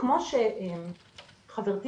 כמו שחברתי